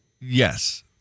Yes